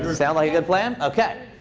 sounds like a good plan? ok,